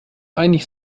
einig